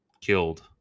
killed